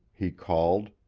he called,